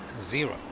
zero